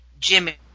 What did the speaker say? Jimmy